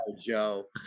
Joe